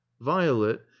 violet